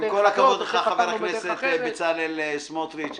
את זה פטרנו בדרך אחרת.